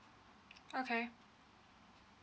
okay